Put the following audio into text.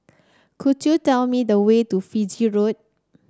could you tell me the way to Fiji Road